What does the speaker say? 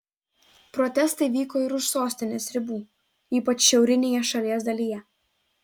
protestai vyko ir už sostinės ribų ypač šiaurinėje šalies dalyje